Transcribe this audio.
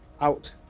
out